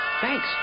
Thanks